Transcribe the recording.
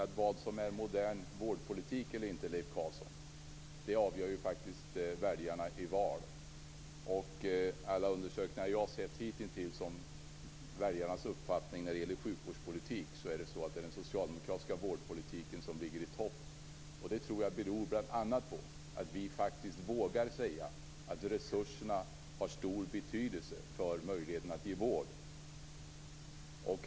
Vad som är modern vårdpolitik eller inte, Leif Carlson, avgör faktiskt väljarna i val. Alla undersökningar som jag har sett hittills om väljarnas uppfattning om sjukvårdspolitik visar att det är den socialdemokratiska vårdpolitiken som ligger i topp. Det tror jag bl.a. beror på att vi faktiskt vågar säga att resurserna har stor betydelse för möjligheten att ge vård.